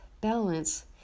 balance